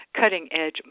cutting-edge